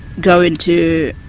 go into